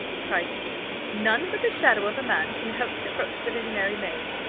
cried she none but the shadow of a man can hope to approach the visionary maid.